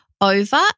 over